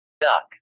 Duck